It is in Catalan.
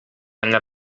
enllà